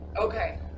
Okay